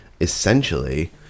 essentially